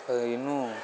அதை இன்னும்